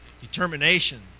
determination